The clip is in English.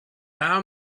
our